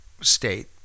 State